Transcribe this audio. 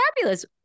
fabulous